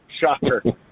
shocker